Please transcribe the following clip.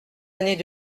années